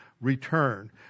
return